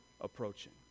approaching